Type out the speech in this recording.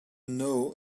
know